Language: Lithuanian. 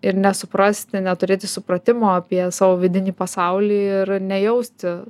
ir nesuprasti neturėti supratimo apie savo vidinį pasaulį ir nejausti